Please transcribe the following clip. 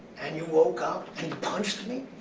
and you woke up, and you punched me,